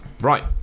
Right